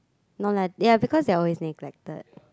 no lah ya because they are always neglected